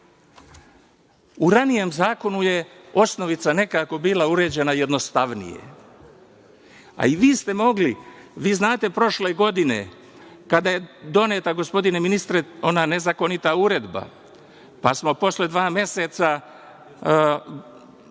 u ranijem zakonu je osnovica nekako bila uređena jednostavnije, a i vi ste mogli, vi znate prošle godine kada je doneta, gospodine ministre, ona nezakonita uredba, pa smo posle dva meseca